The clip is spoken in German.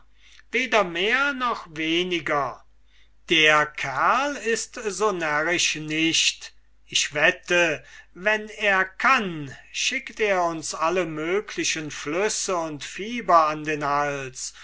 weder mehr noch weniger der kerl ist so närrisch nicht ich wette wenn er kann so hängt er uns alle mögliche flüsse und fieber an den hals